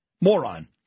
moron